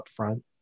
upfront